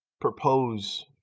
propose